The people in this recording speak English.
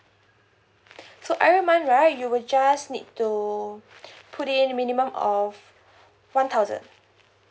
so every month right you will just need to put in minimum of one thousand